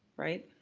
right?